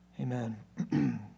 amen